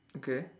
okay